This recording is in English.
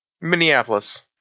Minneapolis